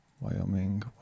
Wyoming